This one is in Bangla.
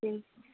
হুম